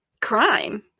crime